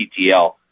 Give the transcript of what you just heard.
PTL